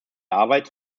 erarbeitung